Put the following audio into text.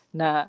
na